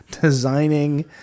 designing